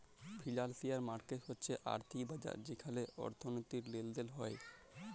financial market হচ্যে আর্থিক বাজার যেখালে অর্থনীতির লেলদেল হ্য়েয়